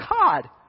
God